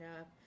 up